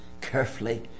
carefully